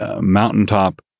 mountaintop